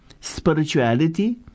spirituality